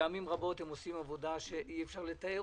פעמים רבות הם עושים עבודה שאי אפשר לתאר,